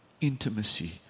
intimacy